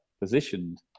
positioned